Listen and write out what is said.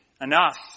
enough